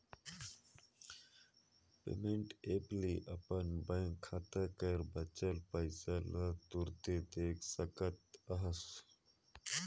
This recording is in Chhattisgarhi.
पेमेंट ऐप ले अपन बेंक खाता कर बांचल पइसा ल तुरते देख सकत अहस